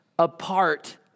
apart